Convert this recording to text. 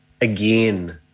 again